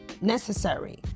necessary